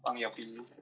放 earpiece